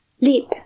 leap